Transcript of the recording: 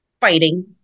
fighting